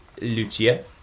Lucia